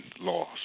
laws